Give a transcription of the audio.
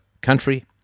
country